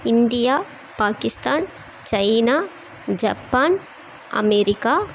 India Pakistan China Japan America